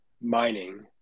mining